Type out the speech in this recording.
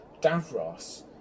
Davros